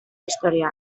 historia